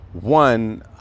one